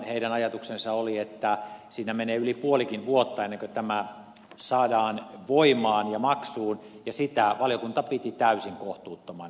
heidän ajatuksensa oli että siinä menee yli puolikin vuotta ennen kuin tämä saadaan voimaan ja maksuun ja sitä valiokunta piti täysin kohtuuttomana